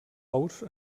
ous